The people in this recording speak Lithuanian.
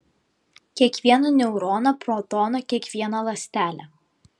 kiekvieną neuroną protoną kiekvieną ląstelę